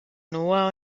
noah